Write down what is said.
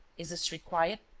is the street quiet?